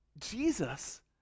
Jesus